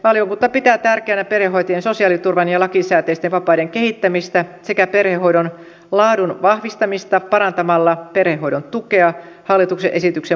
valiokunta pitää tärkeänä perhehoitajien sosiaaliturvan ja lakisääteisten vapaiden kehittämistä sekä perhehoidon laadun vahvistamista parantamalla perhehoidon tukea hallituksen esityksen mukaisesti